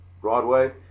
Broadway